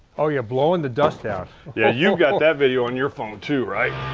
oh yeah, blowin' the dust out. yeah, you've got that video on your phone too, right?